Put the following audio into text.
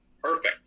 perfect